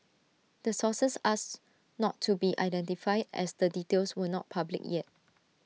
the sources asked not to be identified as the details were not public yet